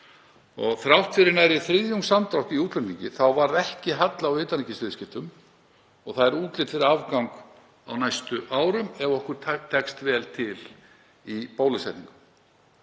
Þrátt fyrir nærri þriðjungs samdrátt í útflutningi varð ekki halli á utanríkisviðskiptum og útlit er fyrir afgang á næstu árum ef okkur tekst vel til í bólusetningu.